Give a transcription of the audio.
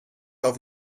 auf